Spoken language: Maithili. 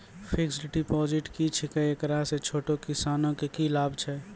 फिक्स्ड डिपॉजिट की छिकै, एकरा से छोटो किसानों के की लाभ छै?